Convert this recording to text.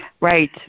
Right